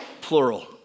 plural